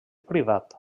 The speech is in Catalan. privat